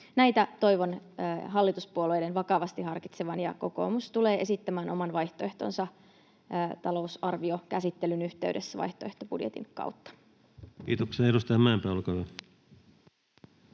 Näitä toivon hallituspuolueiden vakavasti harkitsevan, ja kokoomus tulee esittämään oman vaihtoehtonsa talousarviokäsittelyn yhteydessä vaihtoehtobudjetin kautta. Kiitoksia. — Ja edustaja Mäenpää, olkaa hyvä.